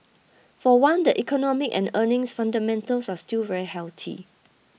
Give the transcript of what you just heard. for one the economic and earnings fundamentals are still very healthy